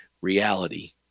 reality